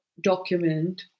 document